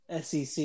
SEC